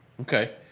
Okay